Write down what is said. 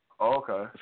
Okay